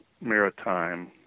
maritime